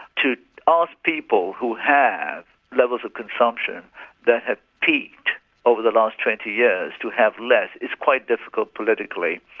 to ask people who have levels of consumption that have peaked over the last twenty years to have less, is quite difficult politically.